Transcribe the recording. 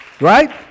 Right